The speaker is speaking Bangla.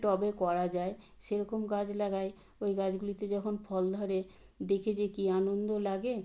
টবে করা যায় সেরকম গাছ লাগাই ওই গাছগুলিতে যখন ফল ধরে দেখে যে কী আনন্দ লাগে